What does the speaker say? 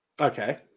okay